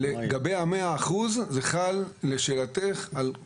לגבי ה-100 אחוזים, לשאלתך, זה חל על כולם.